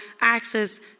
access